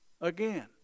again